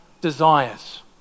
desires